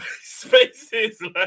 spaces